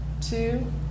two